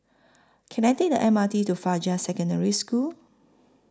Can I Take The M R T to Fajar Secondary School